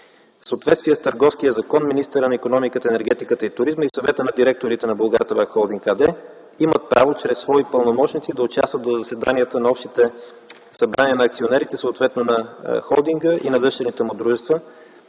В съответствие с Търговския закон министърът на икономиката, енергетиката и туризма и Съвета на директорите на „Булгартабак-холдинг” АД, имат право чрез свои пълномощници да участват в заседанията на общите събрания на акционерите, съответно на холдинга и на дъщерните му дружества,